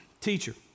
Teacher